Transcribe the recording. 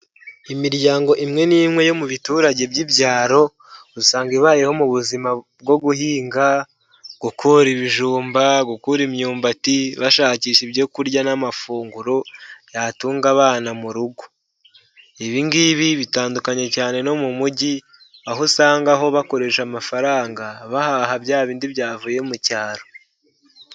Imiryango imwe n'imwe yo mu biturage by'ibyaro usanga ibayeho mu buzima bwo guhinga, gukura ibijumba, gukura imyumbati, bashakisha ibyo kurya n'amafunguro yatunga abana mu rugo, ibi ngibi bitandukanye cyane no mu mujyi aho usanga ho bakoresha amafaranga bahaha bya bindi byavuye mu cyaro.